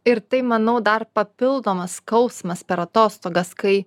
ir tai manau dar papildomas skausmas per atostogas kai